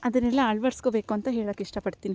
ಅದನ್ನೆಲ್ಲ ಅಳ್ವಡಿಸ್ಕೊಬೇಕು ಅಂತ ಹೇಳೋಕ್ ಇಷ್ಟ ಪಡ್ತೀನಿ